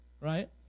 right